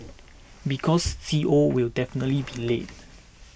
because C O will definitely be late